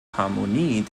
harmonie